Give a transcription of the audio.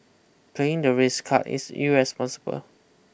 playing the race card is irresponsible